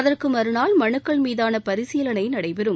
அதற்கு மறுநாள் மனுக்கள் மீதான பரிசீலனை நடைபெறும்